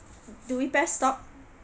do we press stop